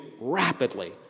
rapidly